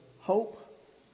hope